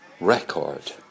record